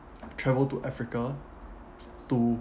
travel to africa to